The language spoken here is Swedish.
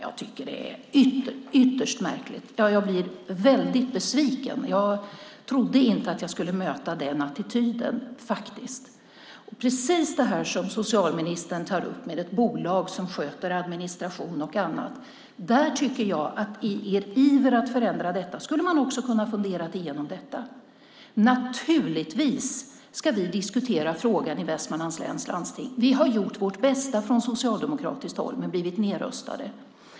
Jag tycker att det är ytterst märkligt, och jag blir väldigt besviken. Jag trodde inte att jag skulle möta den attityden. Socialministern tar upp frågan om ett bolag som sköter administration och annat. I er iver att förändra tycker jag att ni också skulle ha kunnat fundera igenom detta. Naturligtvis ska vi diskutera frågan i Västmanlands läns landsting. Vi har gjort vårt bästa från socialdemokratiskt håll, men blivit nedröstade.